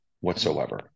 whatsoever